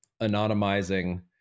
anonymizing